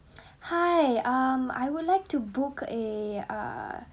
hi um I would like to book a uh